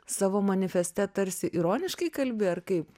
savo manifeste tarsi ironiškai kalbi ar kaip